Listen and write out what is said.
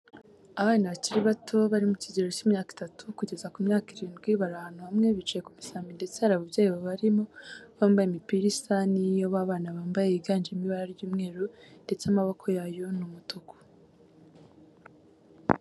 Abana bakiri bato bari mu kigero cy'imyaka itatu kugeza ku myaka irindwi bari ahantu hamwe, bicaye ku misambi ndetse hari ababyeyi babarimo bambaye imipira isa n'iyo abo bana bambaye yiganjemo ibara ry'umweru ndetse amaboko yayo ni umutuku.